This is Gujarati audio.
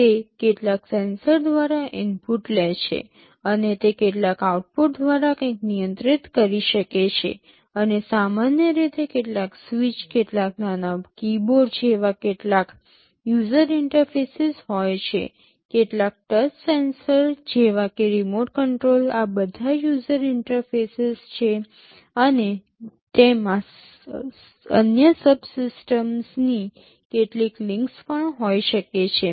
તે કેટલાક સેન્સર દ્વારા ઇનપુટ્સ લે છે અને તે કેટલાક આઉટપુટ દ્વારા કંઈક નિયંત્રિત કરી શકે છે અને સામાન્ય રીતે કેટલાક સ્વીચ કેટલાક નાના કીબોર્ડ જેવા કેટલાક યુઝર ઇન્ટરફેસીસ હોય છે કેટલાક ટચ સેન્સર જેવા કે રિમોટ કંટ્રોલ આ બધા યુઝર ઇન્ટરફેસીસ છે અને તેમાં અન્ય સબસિસ્ટમ્સની કેટલીક લિંક્સ પણ હોઈ શકે છે